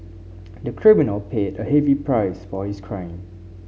the criminal paid a heavy price for his crime